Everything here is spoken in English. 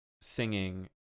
singing